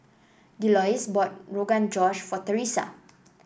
Delois bought Rogan Josh for Theresa